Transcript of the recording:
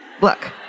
Look